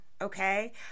okay